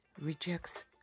rejects